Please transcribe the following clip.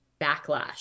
backlash